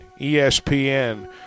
ESPN